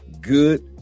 good